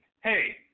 Hey